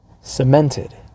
Cemented